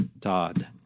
Todd